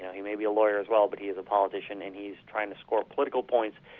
he may be a lawyer as well, but he is a politician and he is trying to score political points,